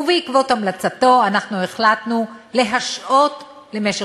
ובעקבות המלצתו אנחנו החלטנו להשעות למשך